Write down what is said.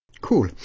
cool